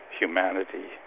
humanity